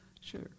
Sure